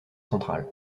central